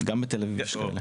גם בתל אביב יש כאלה.